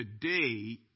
today